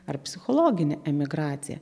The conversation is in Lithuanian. ar psichologinė emigracija